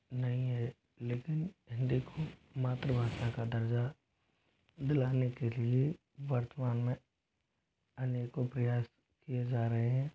नहीं है लेकिन हिंदी को मातृभाषा का दर्जा दिलाने के लिए वर्तमान में अनेकों प्रयास किए जा रहे हैं